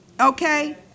okay